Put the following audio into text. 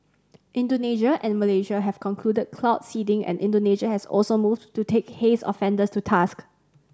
Indonesia and Malaysia have conclude cloud seeding and Indonesia has also moved to take haze offenders to task